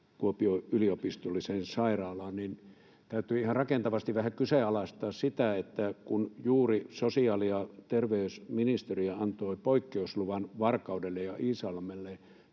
Kuopion yliopistolliseen sairaalaan — niin täytyy ihan rakentavasti vähän kyseenalaistaa sitä. Kun juuri sosiaali- ja terveysministeriö antoi poikkeusluvan Varkaudelle ja Iisalmelle